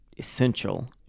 essential